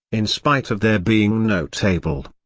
in spite of there being no table.